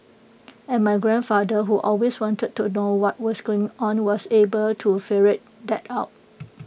and my grandfather who always wanted to know what was going on was able to ferret that out